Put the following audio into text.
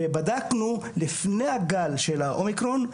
בדקנו לפני הגל של האומיקרון.